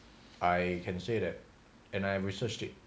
I can say that and I have researched it